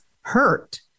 hurt